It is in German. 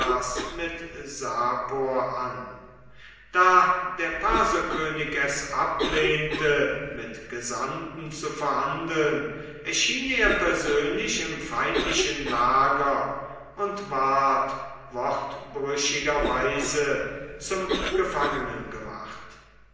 an da der perserkönig es ablehnte mit gesandten zu verhandeln erschien er persönlich im feindlichen lager und ward wortbrüchigerweise zum gefangenen gemacht